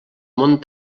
mont